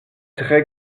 très